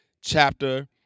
chapter